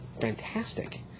fantastic